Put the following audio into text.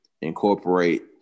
incorporate